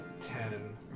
ten